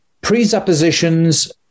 presuppositions